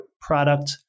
product